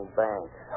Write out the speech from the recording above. banks